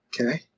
Okay